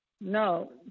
no